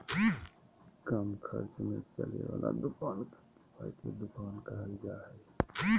कम खर्च में चले वाला दुकान के किफायती दुकान कहल जा हइ